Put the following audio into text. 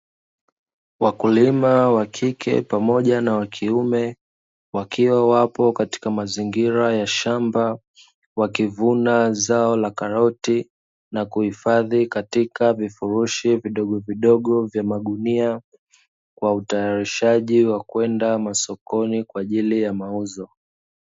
Wakulima wakike pamoja na wakiume, wakiwa wapo katika mazingira ya shamba. Wakivuna zao la karoti na kuhifadhi katika vifurushi vidogovidogo vya magunia, kwa utayarishaji wakwenda masokoni kwa ajili ya mauzo.